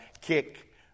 kick